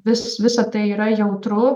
vis visa tai yra jautru